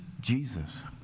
Jesus